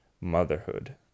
motherhood